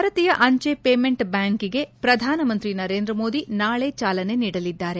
ಭಾರತೀಯ ಅಂಚೆ ಪೇಮೆಂಟ್ ಬ್ಯಾಂಕ್ಗೆ ಪ್ರಧಾನಮಂತ್ರಿ ನರೇಂದ್ರ ಮೋದಿ ನಾಳೆ ಚಾಲನೆ ನೀಡಲಿದ್ದಾರೆ